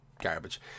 garbage